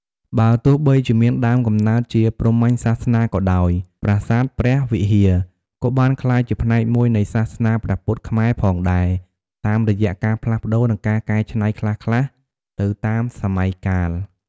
បើទោះបីជាមានដើមកំណើតជាព្រាហ្មណ៍សាសនាក៏ដោយ ប្រាសាទព្រះវិហារ ក៏បានក្លាយជាផ្នែកមួយនៃសាសនាព្រះពុទ្ធខ្មែរផងដែរ តាមរយៈការផ្លាស់ប្តូរ និងការកែច្នៃខ្លះៗទៅតាមសម័យកាល។។